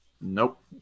Nope